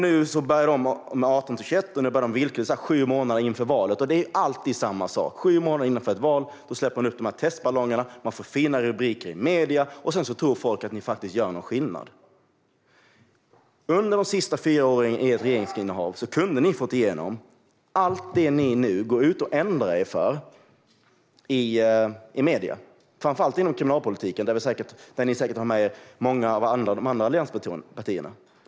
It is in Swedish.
Nu börjar de med 18-21, sju månader före valet. Det är alltid samma sak: Sju månader före ett val släpper de upp testballonger, får fina rubriker i medierna och så tror folk att de faktiskt gör skillnad. Under de sista fyra åren av ert regeringsinnehav kunde ni ha fått igenom allt det som ni nu går ut i medierna och ändrar er om, framför allt inom kriminalpolitiken, där ni säkert har med er många av de andra allianspartierna.